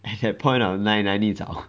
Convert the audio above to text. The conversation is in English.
at that point of night 哪里找